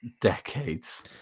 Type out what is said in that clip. decades